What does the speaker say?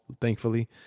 thankfully